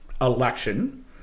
election